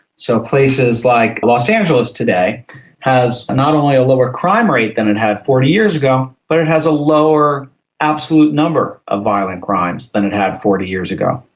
so places like los angeles today has not only a lower crime rate than it had forty years ago but it has a lower absolute number of violent crimes than it had forty years ago,